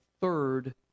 third